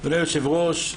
אדוני היושב-ראש,